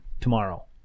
tomorrow